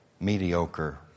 mediocre